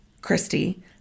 Christy